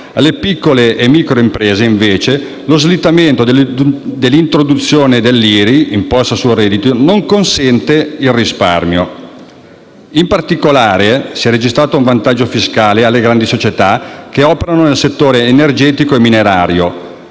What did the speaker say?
alle piccole e micro imprese, invece, lo slittamento dell'introduzione dell'imposta sui redditi (IRI) non consente il risparmio. In particolare, si è registrato un vantaggio fiscale per le grandi società che operano nel settore energetico e minerario,